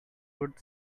would